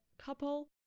couple